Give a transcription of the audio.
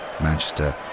Manchester